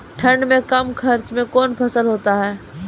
ठंड मे कम खर्च मे कौन फसल होते हैं?